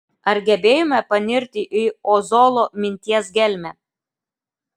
ar gebėjome panirti į ozolo minties gelmę